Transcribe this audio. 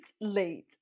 late